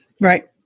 Right